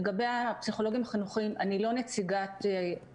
של עובדים סוציאליים ופסיכולוגים במקרה שמאתרים את